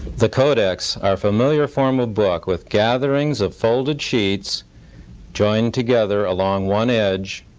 the codex, our familiar form of book with gatherings of folded sheets joined together along one edge,